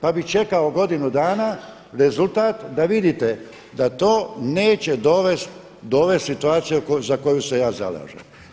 Pa bih čekao godinu dana rezultat da vidite da to neće dovesti do ove situacije za koju se ja zalažem.